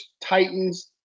Titans